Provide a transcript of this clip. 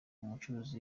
umucuruzi